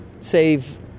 save